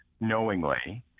knowingly